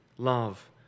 love